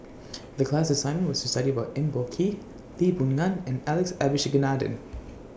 The class assignment was to study about Eng Boh Kee Lee Boon Ngan and Alex Abisheganaden